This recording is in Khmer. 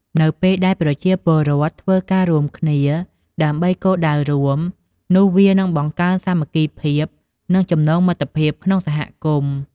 នៅពេលដែលប្រជាពលរដ្ឋ ធ្វើការរួមគ្នាដើម្បីគោលដៅរួម នោះវានឹងបង្កើនសាមគ្គីភាព និងចំណងមិត្តភាពក្នុងសហគមន៍។